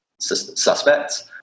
suspects